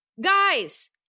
guys